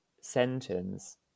sentence